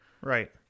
Right